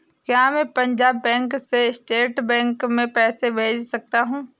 क्या मैं पंजाब बैंक से स्टेट बैंक में पैसे भेज सकता हूँ?